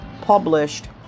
published